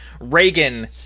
Reagan